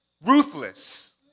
ruthless